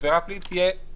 עבירה פלילית תהיה